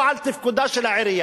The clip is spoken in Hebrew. או על תפקודה של העירייה,